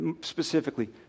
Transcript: Specifically